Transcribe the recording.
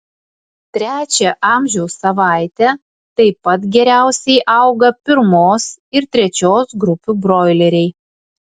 trečią amžiaus savaitę taip pat geriausiai augo pirmos ir trečios grupių broileriai